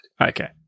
Okay